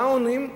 מה עונים?